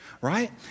right